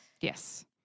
Yes